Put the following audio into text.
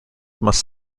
must